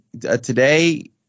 today